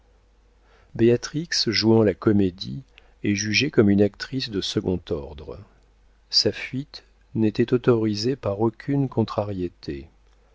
béatrix jouant la comédie est jugée comme une actrice de second ordre sa fuite n'était autorisée par aucune contrariété